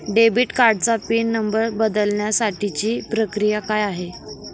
Debit कार्डचा pin number बदलण्यासाठीची प्रक्रिया काय आहे?